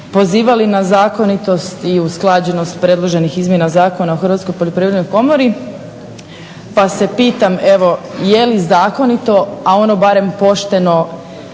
pozivali na zakonitost i usklađenost predloženih izmjena Zakona o Hrvatskoj poljoprivrednoj komori pa se pitam evo je li zakonito, a ono barem pošteno